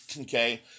Okay